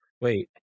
Wait